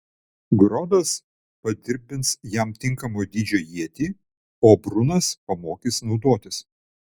grodas padirbins jam tinkamo dydžio ietį o brunas pamokys naudotis